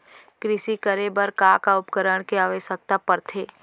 कृषि करे बर का का उपकरण के आवश्यकता परथे?